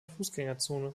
fußgängerzone